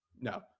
No